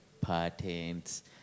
patents